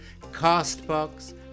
CastBox